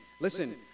listen